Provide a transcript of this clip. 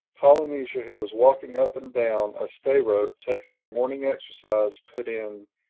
polynesia who was walking up and down a stay-rope taking her morning exercise, put in,